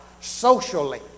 socially